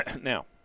Now